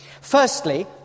Firstly